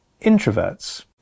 introverts